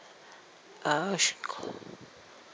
uh